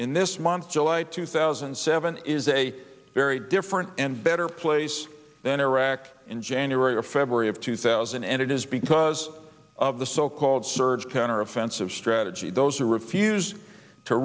in this month july two thousand and seven is a very different and better place than iraq in january or february of two thousand and it is because of the so called surge plan or offensive strategy those who refuse to